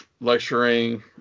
lecturing